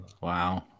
wow